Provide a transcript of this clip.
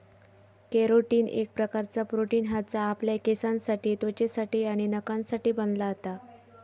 carotene एक प्रकारचा प्रोटीन हा जा आपल्या केसांसाठी त्वचेसाठी आणि नखांसाठी बनला जाता